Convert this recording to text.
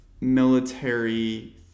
military